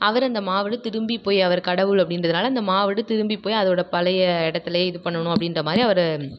அவரு அந்த மாவடு திரும்பி போய் அவரு கடவுள் அப்படீன்றதுனால அந்த மாவடு திரும்பி போய் அதோடய பழைய இடத்துலேயே இது பண்ணணும் அப்படீன்ற மாதிரி அவர்